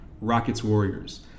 Rockets-Warriors